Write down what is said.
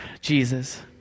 Jesus